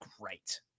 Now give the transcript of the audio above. great